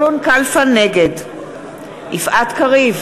נגד יפעת קריב,